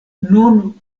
nun